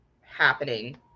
Happening